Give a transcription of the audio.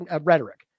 rhetoric